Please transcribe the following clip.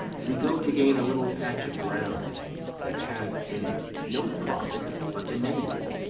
we go to gain a little patch of ground that hath in it no profit but the name.